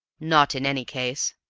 not in any case,